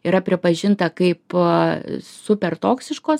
yra pripažinta kaip a super toksiškos